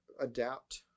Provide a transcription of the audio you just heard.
adapt